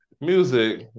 music